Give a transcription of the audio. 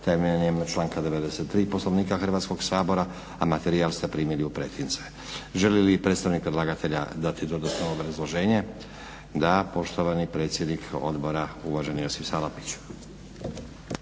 temeljem članka 93. Poslovnika Hrvatskog sabora, a materijal ste primili u pretince. Želi li i predstavnik predlagatelja dati dodatno obrazloženje? Da. Poštovani predsjednik Odbora uvaženi Josip Salapić.